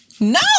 No